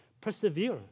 persevere